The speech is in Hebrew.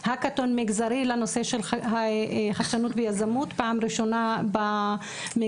האקתון מגזרי לנושא של חדשנות ויזמות פעם ראשונה במגזר.